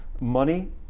money